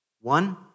One